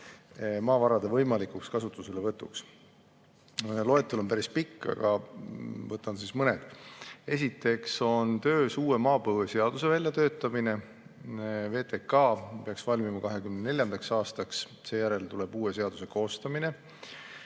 maavarade võimalikuks kasutuselevõtuks?" Loetelu on päris pikk, aga võtan ette mõned. Esiteks on töös uue maapõueseaduse väljatöötamine. VTK peaks valmima 2024. aastaks, seejärel tuleb uue seaduse koostamine.